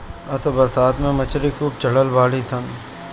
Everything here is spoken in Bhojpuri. असो बरसात में मछरी खूब चढ़ल बाड़ी सन